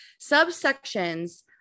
Subsections